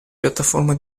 piattaforma